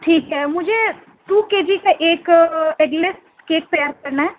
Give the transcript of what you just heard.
ٹھیک ہے مجھے ٹو کے جی کا ایک ایگ لس کیک تیار کرنا ہے